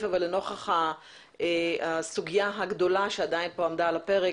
לנוכח הסוגיה הגדולה שעמדה על הפרק